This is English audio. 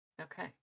Okay